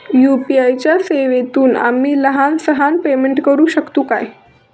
UPI च्या सेवेतून आम्ही लहान सहान पेमेंट करू शकतू काय?